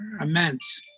immense